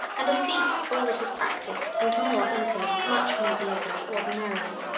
and a seat all that is practiced and more easily much more easily ordinarily.